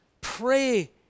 Pray